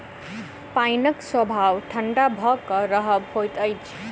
पाइनक स्वभाव ठंढा भ क रहब होइत अछि